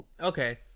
Okay